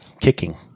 kicking